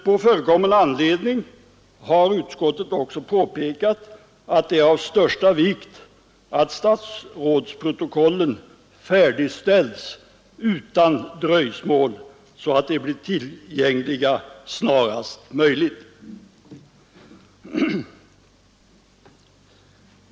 På förekommen anledning har utskottet också påpekat att det är av största vikt att statsrådsprotokollen färdigställs utan dröjsmål, så att de blir tillgängliga snarast möjligt.